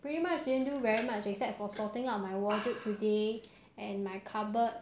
pretty much didn't do very much except for sorting out my wardrobe today and my cupboard